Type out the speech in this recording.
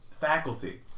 Faculty